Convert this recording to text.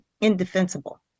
indefensible